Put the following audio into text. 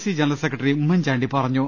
C general secretary Oommen Chandy പറഞ്ഞു